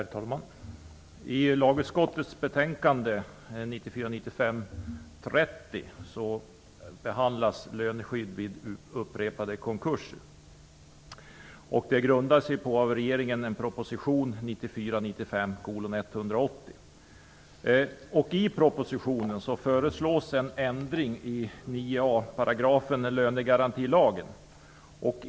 Herr talman! I lagutskottets betänkande 1994/95:30 behandlas löneskydd vid upprepade konkurser. Det grundar sig på regeringens proposition § lönegarantilagen.